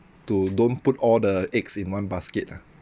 to don't put all the eggs in one basket lah